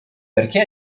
perché